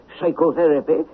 psychotherapy